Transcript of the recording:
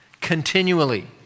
Continually